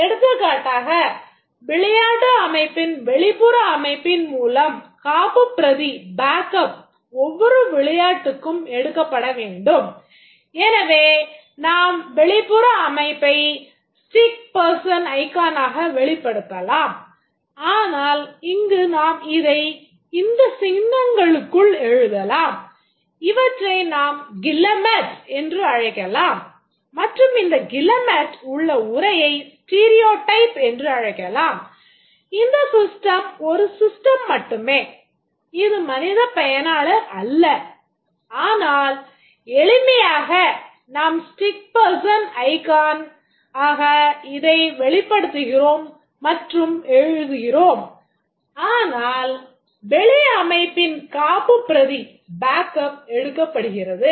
எடுத்துக்காட்டாக விளையாட்டு அமைப்பில் வெளிப்புற அமைப்பின் மூலம் காப்பு பிரதி எடுக்கப்படுகிறது